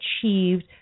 achieved